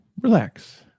relax